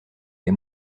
des